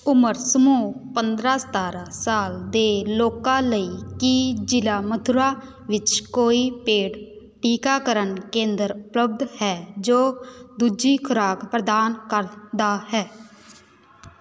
ਉਮਰ ਸਮੂਹ ਪੰਦਰਾਂ ਸਤਾਰਾਂ ਸਾਲ ਦੇ ਲੋਕਾਂ ਲਈ ਕੀ ਜ਼ਿਲ੍ਹਾ ਮਥੁਰਾ ਵਿੱਚ ਕੋਈ ਪੇਡ ਟੀਕਾਕਰਨ ਕੇਂਦਰ ਉਪਲਬਧ ਹੈ ਜੋ ਦੂਜੀ ਖੁਰਾਕ ਪ੍ਰਦਾਨ ਕਰਦਾ ਹੈ